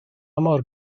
mor